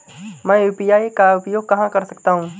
मैं यू.पी.आई का उपयोग कहां कर सकता हूं?